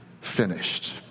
finished